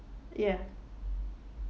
ya